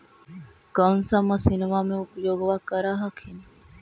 कौन सा मसिन्मा मे उपयोग्बा कर हखिन?